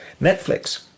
Netflix